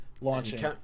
launching